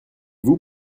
vous